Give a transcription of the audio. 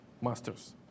masters